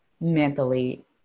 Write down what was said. mentally